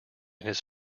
his